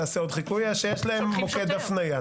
אלא יש להם מוקד הפנייה.